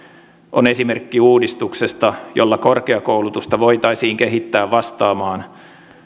on esimerkki uudistuksesta jolla korkeakoulutusta voitaisiin kehittää vastaamaan